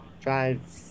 drive